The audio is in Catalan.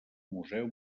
museu